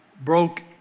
broke